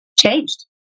changed